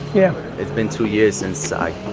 yeah. it's been two years since i.